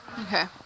Okay